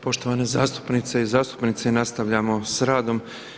Poštovane zastupnice i zastupnici nastavljamo sa radom.